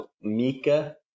Mika